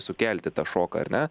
sukelti tą šoką ar ne